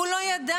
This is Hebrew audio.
הוא לא ידע.